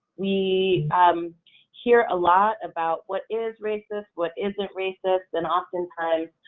we hear a lot about what is racist, what isn't racist, and oftentimes,